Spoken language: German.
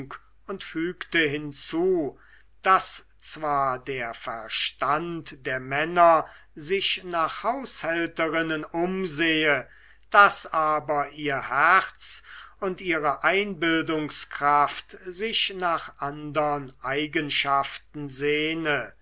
und fügte hinzu daß zwar der verstand der männer sich nach haushälterinnen umsehe daß aber ihr herz und ihre einbildungskraft sich nach andern eigenschaften sehne